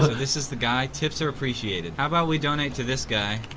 this is the guy, tips are appreciated. how about we donate to this guy.